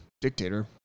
dictator